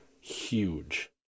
huge